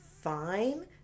fine